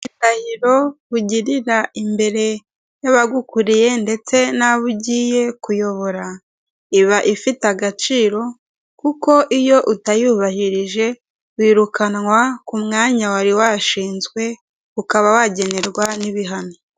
Indahiro ugirira imbere y'abagukuriye ndetse n'abo ugiye kuyobora, iba ifite agaciro kuko iyo utayubahirije wirukanwa ku mwanya wari washinzwe ukaba wagenerwa n'ibihano.